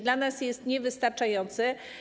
Dla nas jest on niewystarczający.